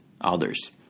others